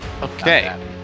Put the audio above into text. Okay